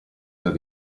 del